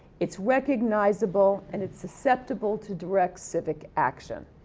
it's recognizable, and it's susceptible to direct civic action.